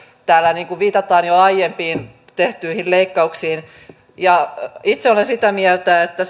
täällä viitataan jo aiempiin tehtyihin leikkauksiin itse olen sitä mieltä että se